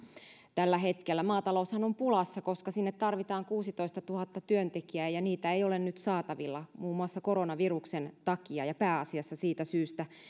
tällä hetkellähän maataloushan on pulassa koska sinne tarvitaan kuusitoistatuhatta työntekijää ja niitä ei ole nyt saatavilla muun muassa koronaviruksen takia ja pääasiassa siitä syystä